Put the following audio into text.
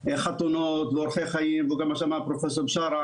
החתונות ואורחי החיים וגם מה שאמר פרופ' בשארה